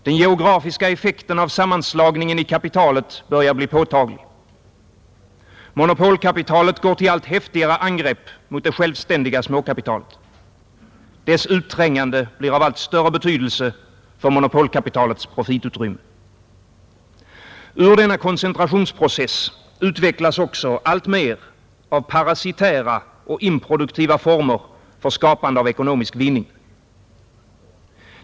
Den geografiska effekten av sammanslagningen i kapitalet börjar bli påtaglig. Monopolkapitalet går till allt häftigare angrepp mot det självständiga småkapitalet. Dess utträngande blir av allt större betydelse för monopolkapitalets profitutrymme. Ur denna koncentrationsprocess utvecklas också alltmer av parasitära och improduktiva former för skapande av ekonomisk vinning.